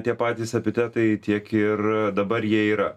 tie patys epitetai tiek ir dabar jie yra